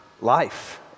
life